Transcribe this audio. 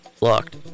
Locked